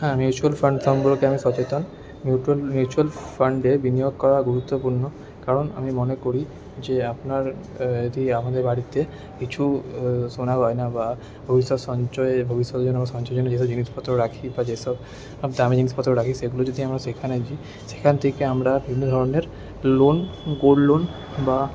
হ্যাঁ mutual fund সম্পর্কে আমি সচেতন মিউচুয়াল ফান্ডে বিনিয়োগ করা গুরুত্বপূর্ণ কারণ আমি মনে করি যে আপনার আমাদের বাড়িতে কিছু সোনা গয়না বা ভবিষ্যত সঞ্চয় ভবিষ্যতের জন্য সঞ্চয়ের জন্য যে সব জিনিসপত্র রাখি বা যে সব দামি জিনিসপত্র রাখি সেগুলো যদি আমরা সেখানে সেখান থেকে আমরা বিভিন্ন ধরনের লোন গোল্ড লোন বা